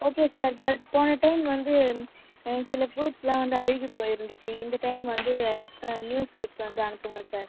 okay sir but போன time வந்து ஒரு சில ஃப்ரூட்ஸ்லாம் வந்து அழுகிப் போயிருந்துச்சு இந்த டைம் வந்து நியூ ஃப்ரூட்ஸ் வந்து அனுப்புங்கள் சார்